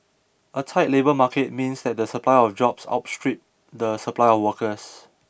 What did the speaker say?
a tight labour market means that the supply of jobs outstrip the supply of workers